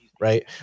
right